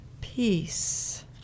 peace